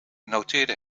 noteerde